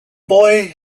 boy